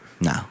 No